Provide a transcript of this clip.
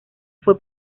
fue